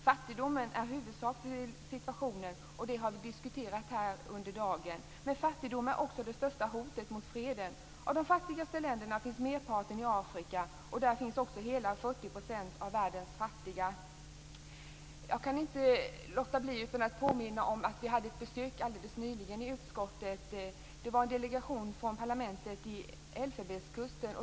Fattigdomen är huvudorsak till den här situationen, som vi har diskuterat här i dag, men fattigdomen är också det största hotet mot freden. Av de fattigaste länderna finns merparten i Afrika, och där finns också hela 40 % av världens fattiga. Jag kan inte låta bli att påminna om att vi alldeles nyligen i utskottet hade ett besök av en delegation från parlamentet i Elfenbenskusten.